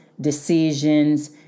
decisions